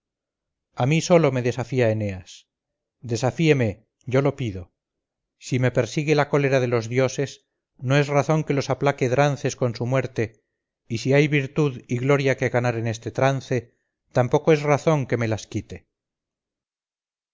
a mí solo me desafía eneas desafíeme yo lo pido si me persigue la cólera de los dioses no es razón que los aplaque drances con su muerte y si hay virtud y gloria que ganar en este trance tampoco es razón que me las quite